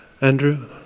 Andrew